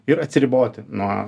ir atsiriboti nuo